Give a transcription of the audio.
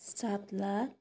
सात लाख